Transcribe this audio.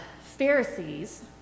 Pharisees